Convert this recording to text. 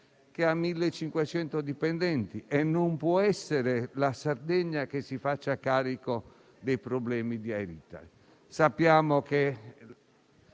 che ha 1.500 dipendenti. E non può essere che la Sardegna si faccia carico dei problemi di Air Italy.